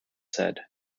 said